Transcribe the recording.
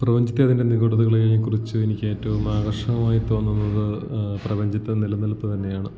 പ്രപഞ്ചത്തെയും അതിൻ്റെ നിഗൂഢതകളെയും കുറിച്ച് എനിക്കേറ്റവും ആകർഷകമായി തോന്നുന്നത് പ്രപഞ്ചത്തെ നിലനിൽപ്പ് തന്നെയാണ്